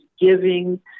giving